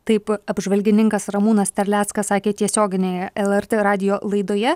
taip apžvalgininkas ramūnas terleckas sakė tiesioginėje lrt radijo laidoje